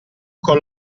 con